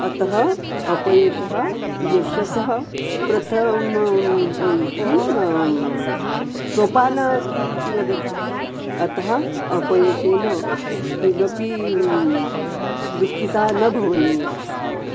अतः अपयशः यशसः प्रथमं किं सोपानम् अस्ति इति वदन्ति अतः अपयशेन किमपि दुःखिता न भवनीया